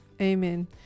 Amen